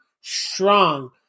strong